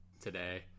today